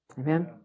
Amen